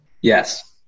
Yes